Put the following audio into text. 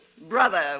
Brother